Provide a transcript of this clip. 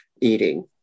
eating